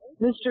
Mr